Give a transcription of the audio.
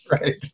Right